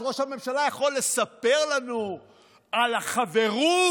אז ראש הממשלה יכול לספר לנו על החברות,